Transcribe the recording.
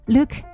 Look